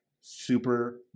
super